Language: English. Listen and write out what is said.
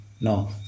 no